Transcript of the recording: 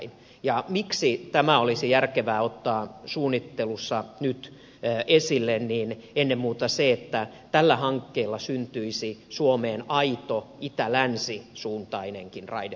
syynä siihen miksi tämä olisi järkevää ottaa suunnittelussa nyt esille on ennen muuta se että tällä hankkeella syntyisi suomeen aito itälänsisuuntainenkin raideliikenne